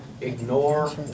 ignore